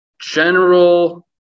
General